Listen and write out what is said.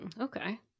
Okay